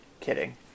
Kidding